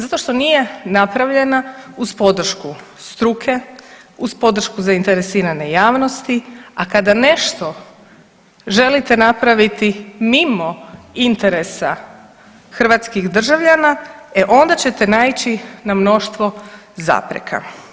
Zato što nije napravljena uz podršku struke, uz podršku zainteresirane javnosti, a kada nešto želite napraviti mimo interesa hrvatskih državljana, e onda ćete naići na mnoštvo zapreka.